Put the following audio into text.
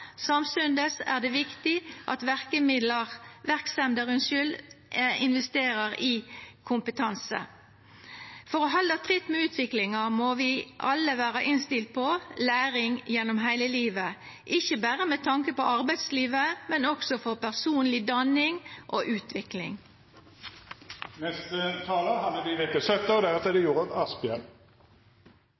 er det viktig at verksemder investerer i kompetanse. For å halda tritt med utviklinga må vi alle vera innstilte på læring gjennom heile livet, ikkje berre med tanke på arbeidslivet, men også for personleg danning og utvikling. Den viktigste grunnen til å studere og ta seg en utdannelse er